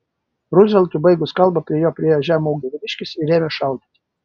ruzveltui baigus kalbą prie jo priėjo žemo ūgio vyriškis ir ėmė šaudyti